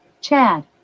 Chad